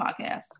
podcast